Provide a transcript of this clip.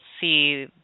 see